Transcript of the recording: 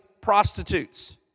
prostitutes